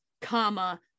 comma